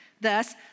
Thus